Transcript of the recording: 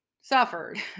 suffered